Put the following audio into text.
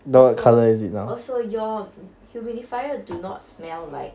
also also your humidifier do not smell like